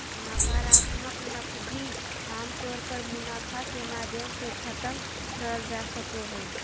नाकरात्मक नकदी आमतौर पर मुनाफा के माध्यम से खतम करल जा सको हय